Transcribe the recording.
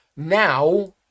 now